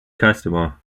customer